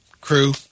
crew